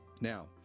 Now